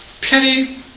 Pity